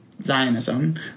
Zionism